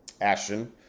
Ashton